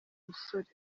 musore